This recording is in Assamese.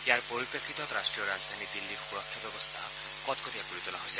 ইয়াৰ পৰিপ্ৰেক্ষিতত ৰাষ্ট্ৰীয় ৰাজধানী দিল্লীৰ সুৰক্ষা ব্যৱস্থা কটকটীয়া কৰি তোলা হৈছে